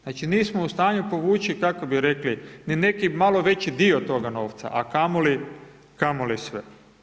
Znači, nismo u stanju povući, kako bi rekli, ni neki malo veći dio toga novca, a kamoli, kamoli sve.